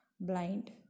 blind